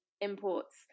imports